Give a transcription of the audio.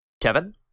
Kevin